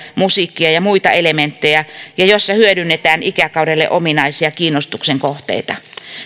musiikkia ja muita elementtejä ja jossa hyödynnetään ikäkaudelle ominaisia kiinnostuksen kohteita